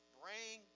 bring